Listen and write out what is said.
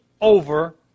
over